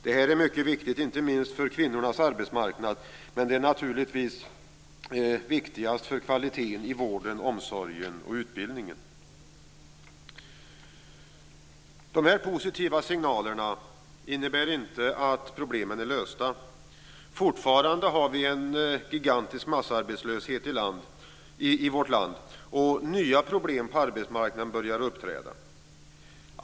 Detta är mycket viktigt, inte minst för kvinnornas arbetsmarknad. Men viktigast är det naturligtvis för kvaliteten i vården, omsorgen och utbildningen. Dessa positiva signaler innebär inte att problemen är lösta. Fortfarande har vi en gigantisk massarbetslöshet i vårt land, och nya problem på arbetsmarknaden börjar uppträda.